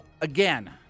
again